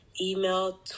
email